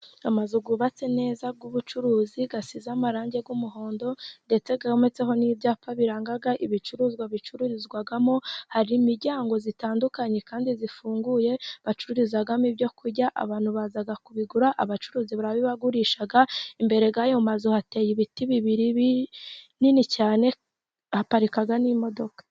Amazu yubatse neza y'ubucuruzi, asize amarangi y'umuhondo, ndetse yometseho n'ibyapa biranga ibicuruzwa bicururizwamo, hari imiryango itandukanye, kandi ifunguye, bacururizamo ibyo kurya, abantu baza kubigura, abacuruzi barabibagurisha, imbere y'ayo mazu hateye ibiti bibiri nini cyane, haparika n'imodoka.